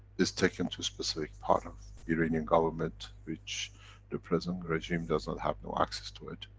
is taken to specific part of iranian government, which the present regime does not have no access to it.